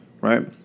right